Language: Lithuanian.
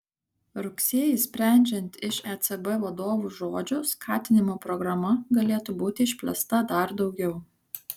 rugsėjį sprendžiant iš ecb vadovų žodžių skatinimo programa galėtų būti išplėsta dar daugiau